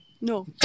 No